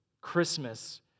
Christmas